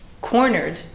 cornered